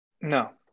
No